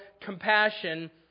compassion